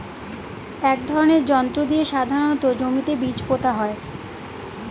এক ধরনের যন্ত্র দিয়ে সাধারণত জমিতে বীজ পোতা হয়